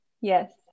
Yes